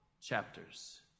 chapters